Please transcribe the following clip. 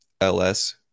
LS